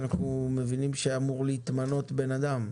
אנחנו מבינים שאמור להתמנות לשם אדם,